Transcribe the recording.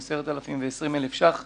10,000 ש"ח ו-20,000 ש"ח.